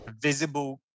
visible